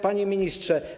Panie Ministrze!